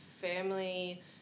family